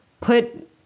put